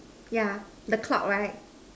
yeah the cloud right